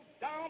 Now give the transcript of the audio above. down